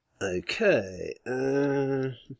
Okay